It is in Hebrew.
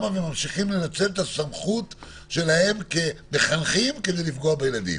וממשיכים לנצל את הסמכות שלהם כמחנכים כדי לפגוע בילדים.